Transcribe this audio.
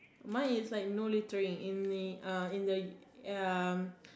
mine is like no littering in the uh in the u~ um